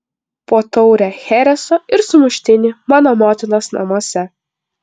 po taurę chereso ir sumuštinį mano motinos namuose